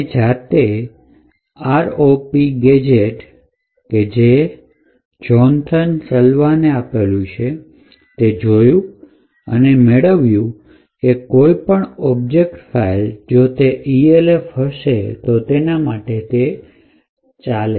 અમે જાતે આ ROP gadget by Jonathan Salwan છે જોયું અને મેળવ્યું કે તે કોઈપણ ઓબ્જેક્ટ ફાઇલ તો જો એ ELF હશે તેના માટે ચાલે છે